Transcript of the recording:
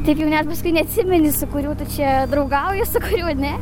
taip jau net paskui neatsimeni su kurių tu čia draugauji su kuriuo ne